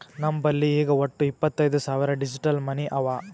ನಮ್ ಬಲ್ಲಿ ಈಗ್ ವಟ್ಟ ಇಪ್ಪತೈದ್ ಸಾವಿರ್ ಡಿಜಿಟಲ್ ಮನಿ ಅವಾ